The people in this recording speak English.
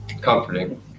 comforting